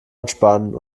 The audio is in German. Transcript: anspannen